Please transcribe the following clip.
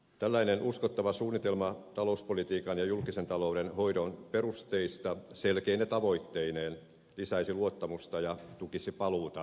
tällainen uskottava suunnitelma talouspolitiikan ja julkisen talouden hoidon perusteista selkeine tavoitteineen lisäisi luottamusta ja tukisi paluuta talouskasvuun